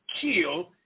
killed